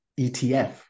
ETF